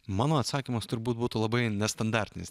mano atsakymas turbūt būtų labai nestandartinis